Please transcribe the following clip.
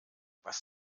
was